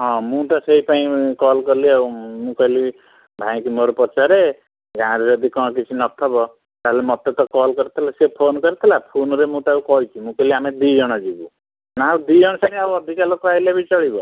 ହଁ ମୁଁ ତ ସେଇପାଇଁ କଲ୍ କଲି ଆଉ ମୁଁ କହିଲି ଭାଇଙ୍କି ମୋର ପଚାରେ ଗାଁରେ କ'ଣ କିଛି ନଥିବ ତା'ହେଲେ ମୋତେ ତ ସେ କଲ୍ କରିଥିଲେ ସେ ଫୋନ କରିଥିଲା ଫୋନରେ ମୁଁ ତାକୁ କହିଛି ଆମେ ଦୁଇଜଣ ଯିବୁ ନ ଦୁଇଜଣ ଛାଡ଼ିକି ଅଧିକ ଲୋକ ଆସିଲେ ବି ଚଳିବ